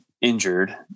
injured